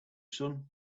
sun